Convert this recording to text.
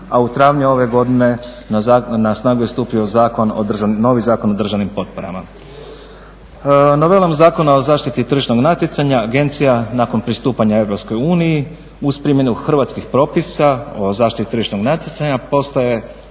a u travnju ove godine na snagu je stupio novi Zakon o državnim potporama. Novelom Zakona o zaštiti tržišnog natjecanja agencija nakon pristupanja EU uz primjenu hrvatskih propisa o zaštiti tržišnog natjecanja postaje